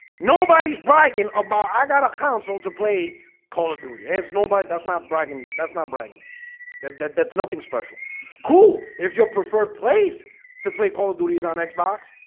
nobody's bragging about i got a council to play call of duty. it's nobody that's not bragging. that's not brian that that that's nothing special coo. if you prefer place to play call of duty's on xbox,